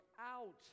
out